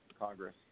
Congress